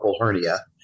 hernia